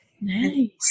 Nice